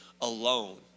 alone